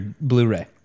Blu-ray